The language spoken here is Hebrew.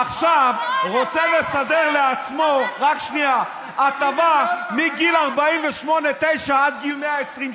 עכשיו הוא רוצה לסדר לעצמו הטבה מגיל 49-48 עד גיל 120,